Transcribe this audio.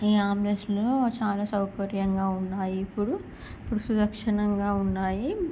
ఈ అంబులెన్స్లో చాలా సౌకర్యంగా ఉన్నాయి ఇప్పుడు ఇప్పుడు సురక్షణంగా ఉన్నాయి